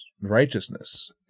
righteousness